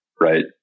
right